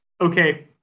okay